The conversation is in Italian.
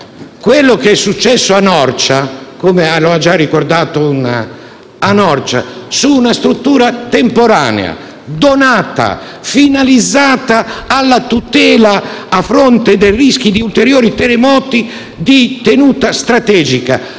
quello che è successo a Norcia, già precedentemente ricordato, a proposito di una struttura temporanea, donata e finalizzata alla tutela a fronte del rischio di ulteriori terremoti, di tenuta strategica.